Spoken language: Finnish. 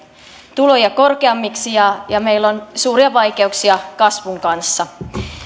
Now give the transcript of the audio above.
tuloja korkeammiksi ja ja meillä on suuria vaikeuksia kasvun kanssa